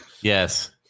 Yes